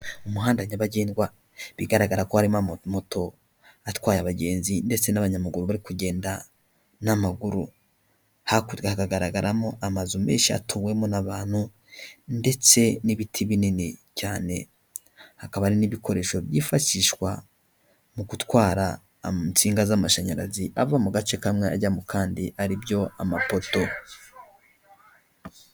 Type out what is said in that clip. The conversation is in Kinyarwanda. Umuhanda nyabagendwa bigaragara ko harimo amamoto atwaye abagenzi ndetse n'abanyayamaguru bari kugenda n'amaguru, hakurya hagaragaramo amazu menshi atuwemo n'abantu ndetse n'ibiti binini cyane, hakaba hari n'ibikoresho byifashishwa mu gutwara insinga z'amashanyarazi ava mu gace kamwe ajya mu kandi aribyo amapoto.